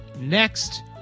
Next